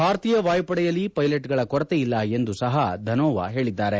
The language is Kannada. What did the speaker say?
ಭಾರತೀಯ ವಾಯುಪಡೆಯಲ್ಲಿ ಪ್ಲೆಲೆಟ್ಗಳ ಕೊರತೆಯಿಲ್ಲ ಎಂದೂ ಸಹ ಧನೋವಾ ಹೇಳಿದ್ದಾರೆ